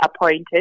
appointed